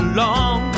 long